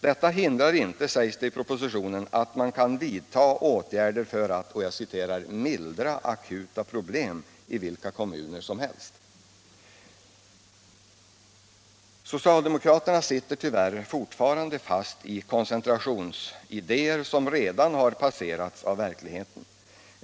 Detta hindrar inte, sägs det i propositionen, att man kan vidta åtgärder för att ”mildra akuta problem” i vilka kommuner som helst. Socialdemokraterna sitter tyvärr fortfarande fast i koncentrationsidéer, som redan har passerats av verkligheten.